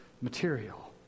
material